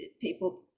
people